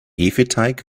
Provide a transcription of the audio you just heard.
hefeteig